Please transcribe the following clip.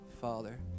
Father